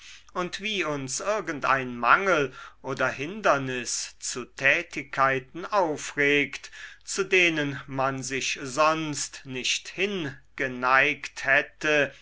und wie uns irgend ein mangel oder hindernis zu tätigkeiten aufregt zu denen man sich sonst nicht hingeneigt hätte